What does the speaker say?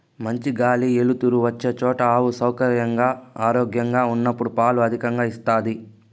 మంచి గాలి ఎలుతురు వచ్చే చోట ఆవు సౌకర్యంగా, ఆరోగ్యంగా ఉన్నప్పుడు పాలు అధికంగా ఇస్తాది